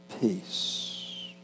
peace